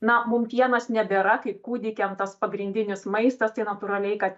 na mum pienas nebėra kaip kūdikiam tas pagrindinis maistas tai natūraliai kad